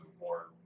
more